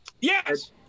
Yes